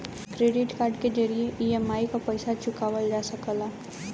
credit card के जरिये EMI क पइसा चुकावल जा सकला